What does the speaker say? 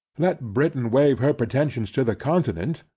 let britain wave her pretensions to the continent,